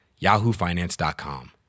yahoofinance.com